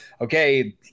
Okay